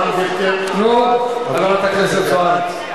חברת הכנסת זוארץ.